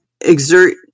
exert